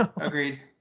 Agreed